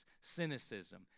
cynicism